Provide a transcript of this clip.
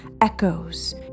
echoes